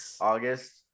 august